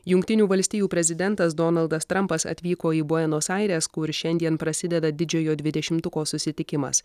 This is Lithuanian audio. jungtinių valstijų prezidentas donaldas trampas atvyko į buenos aires kur šiandien prasideda didžiojo dvidešimtuko susitikimas